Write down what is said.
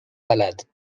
malade